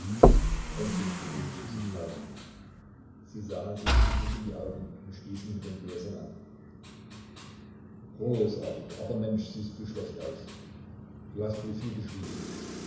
endlich beruhigte sich falk sie sahen sich glücklich in die augen und stießen mit den gläsern an großartig aber mensch siehst du schlecht aus du hast wohl viel geschrieben